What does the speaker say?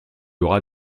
aura